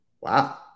Wow